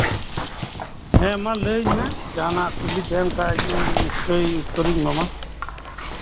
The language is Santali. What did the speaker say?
ᱦᱮᱸ ᱢᱟ ᱞᱟᱹᱭ ᱢᱮ ᱡᱟᱸᱦᱟᱱᱟᱜ ᱠᱩᱞᱤ ᱛᱟᱸᱦᱮᱱ ᱠᱷᱟᱱ ᱱᱤᱥᱪᱚᱭ ᱩᱛᱛᱚᱨᱤᱧ ᱮᱢᱟᱢᱟ